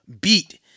beat